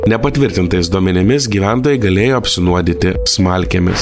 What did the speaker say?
nepatvirtintais duomenimis gyventojai galėjo apsinuodyti smalkėmis